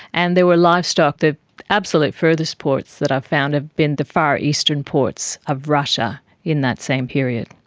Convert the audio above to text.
and there were livestock, the absolute furthest ports that i've found have been the far eastern ports of russia in that same period.